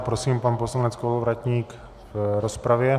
Prosím, pan poslanec Kolovratník v rozpravě.